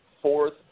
fourth